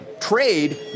trade